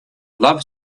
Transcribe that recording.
love